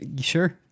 Sure